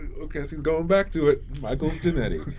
okay so he's going back to it. michaels, jannetty.